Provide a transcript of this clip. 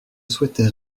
souhaitais